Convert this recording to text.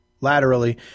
laterally